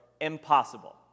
impossible